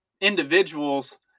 individuals